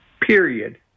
period